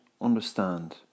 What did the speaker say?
...understand